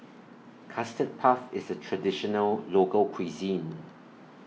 Custard Puff IS A Traditional Local Cuisine